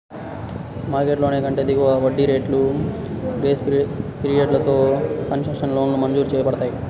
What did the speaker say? market లోన్ల కంటే దిగువ వడ్డీ రేట్లు, గ్రేస్ పీరియడ్లతో కన్సెషనల్ లోన్లు మంజూరు చేయబడతాయి